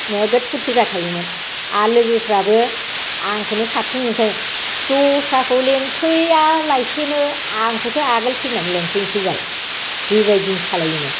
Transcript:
नोगोद फुरथि जाखायोमोन आरो लोगोफ्राबो आंखौनो साबसिन मोनखायो दस्राखौ लिंंफैया लासेनो आंखौसो आगोल फैनानै लिंफैनोसै बाल बेबायदिनो खालामोमोन